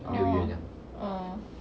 orh orh